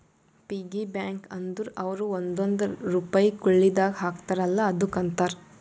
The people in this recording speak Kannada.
ಪಿಗ್ಗಿ ಬ್ಯಾಂಕ ಅಂದುರ್ ಅವ್ರು ಒಂದೊಂದ್ ರುಪೈ ಕುಳ್ಳಿದಾಗ ಹಾಕ್ತಾರ ಅಲ್ಲಾ ಅದುಕ್ಕ ಅಂತಾರ